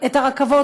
את הרכבות,